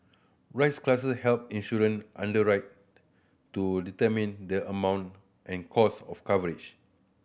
risk classes help insurance underwriter to determine the amount and cost of coverage